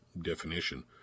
definition